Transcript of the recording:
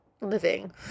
living